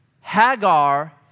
Hagar